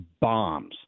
bombs